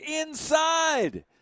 inside